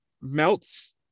melts